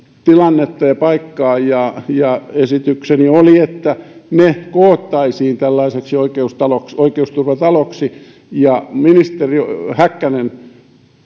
tilannetta ja paikkaa lapsiasiain ja muiden valtuutettujen esitykseni oli että ne koottaisiin tällaiseksi oikeusturvataloksi oikeusturvataloksi ministeri häkkänen